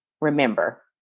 remember